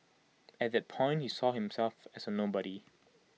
at that point he saw himself as A nobody